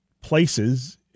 places